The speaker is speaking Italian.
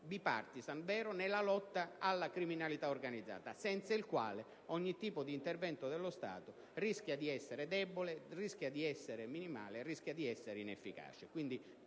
*bipartisan* nella lotta alla criminalità organizzata, senza il quale ogni tipo di intervento dello Stato rischia di essere debole, minimale, inefficace.